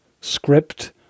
script